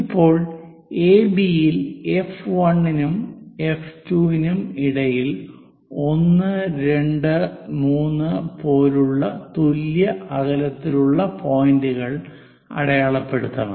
ഇപ്പോൾ എബി യിൽ എഫ് 1 നും എഫ് 2 നും ഇടയിൽ 1 2 3 പോലുള്ള തുല്യ അകലത്തിലുള്ള പോയിന്റുകൾ അടയാളപ്പെടുത്തണം